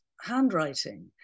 handwriting